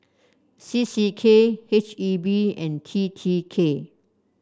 C C K H E B and T T K